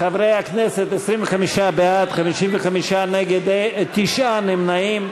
חברי הכנסת, 25 בעד, 55 נגד, תשעה נמנעים.